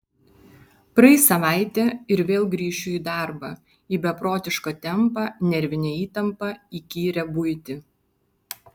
praeis savaitė ir vėl grįšiu į darbą į beprotišką tempą nervinę įtampą įkyrią buitį